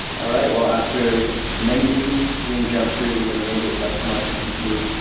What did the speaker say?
all right. well after many hoops being jumped through, we have made it up to machu picchu.